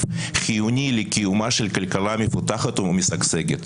חיוני לקיומה של כלכלה מפותחת ומשגשגת.